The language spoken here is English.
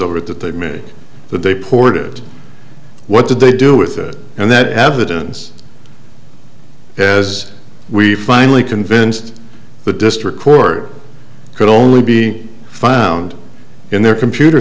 over it that they made but they poured it what did they do with it and that evidence as we finally convinced the district court could only be found in their computer